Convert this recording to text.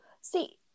see